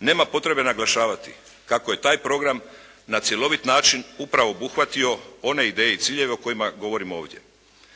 nema potrebe naglašavati kako je taj program na cjelovit način upravo obuhvatio one ideje i ciljeve o kojima govorimo ovdje.